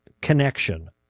connection